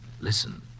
Listen